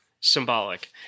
symbolic